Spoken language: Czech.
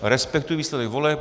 Respektuji výsledek voleb.